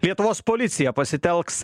lietuvos policija pasitelks